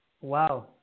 Wow